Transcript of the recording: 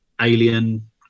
Alien